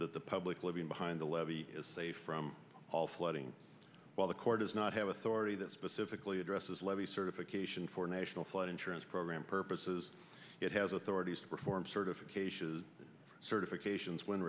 that the public living behind the levee is safe from all flooding while the corps does not have authority that specifically addresses levees certification for national flood insurance program purposes it has authorities to perform certification certifications when